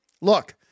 Look